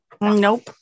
Nope